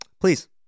Please